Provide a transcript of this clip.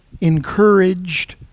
encouraged